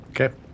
okay